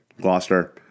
Gloucester